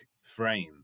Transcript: frame